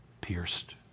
pierced